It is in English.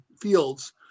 fields